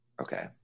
Okay